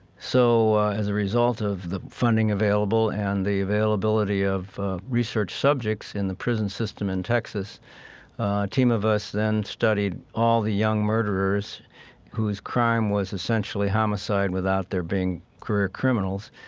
so as a result of the funding available and the availability of research subjects in the prison system in texas, a team of us then studied all the young murderers whose crime was essentially homicide without their being career criminals,